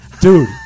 Dude